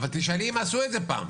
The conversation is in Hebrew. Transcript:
אבל תשאלי אם עשו את זה פעם.